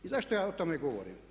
I zašto ja o tome govorim?